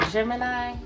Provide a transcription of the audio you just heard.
Gemini